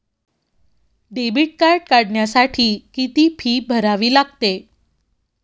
Debit card काढण्यासाठी किती fee भरावी लागते?